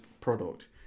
product